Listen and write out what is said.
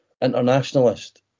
Internationalist